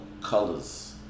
colors